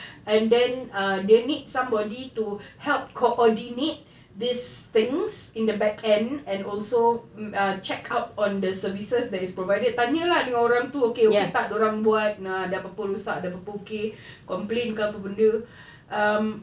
and then ah they need somebody to help coordinate this things in the back end and also err check out on the services that is provided tanya lah dengan orang tu okay okay tak dia orang buat ada apa-apa rosak ada apa-apa okay complain ke apa benda um